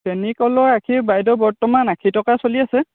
চেনিকলৰ আখি বাইদেউ বৰ্তমান আশী টকা চলি আছে